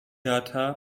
data